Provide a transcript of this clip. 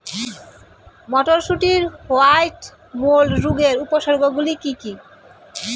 মটরশুটির white mould রোগের উপসর্গগুলি কী কী?